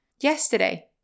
yesterday